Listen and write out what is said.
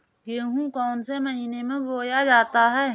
गेहूँ कौन से महीने में बोया जाता है?